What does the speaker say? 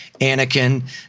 Anakin